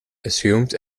assumed